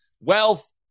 wealth